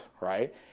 right